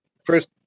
first